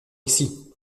ici